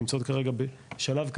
נמצאות כרגע בשלב כזה,